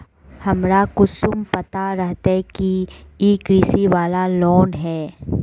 हमरा कुंसम पता रहते की इ कृषि वाला लोन है?